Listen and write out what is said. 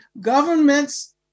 governments